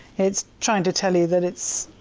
it's trying to tell you that it's.